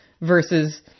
versus